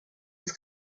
was